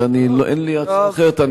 ואין לי הצעה אחרת.